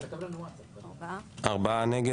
ארבעה נגד.